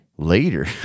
Later